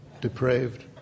depraved